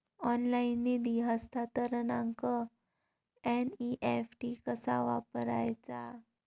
Online निधी हस्तांतरणाक NEFT कसा वापरायचा?